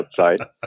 outside